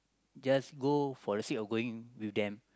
just go for the sake of going with them